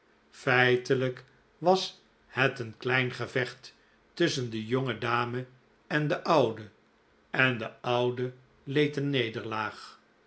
feitelijk was het een klein gevecht tusschen de jonge dame en de oude en de oude leed de nederlaag